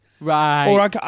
Right